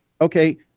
Okay